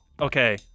Okay